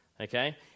Okay